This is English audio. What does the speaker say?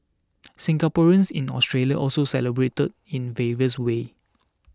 Singaporeans in Australia also celebrated in various ways